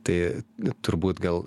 tai turbūt gal